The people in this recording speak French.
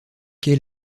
quais